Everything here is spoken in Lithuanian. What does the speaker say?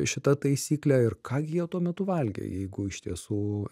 šita taisykle ir ką gi jie tuo metu valgė jeigu iš tiesų